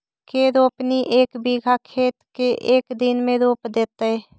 के रोपनी एक बिघा खेत के एक दिन में रोप देतै?